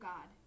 God